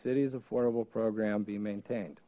city's affordable program be maintained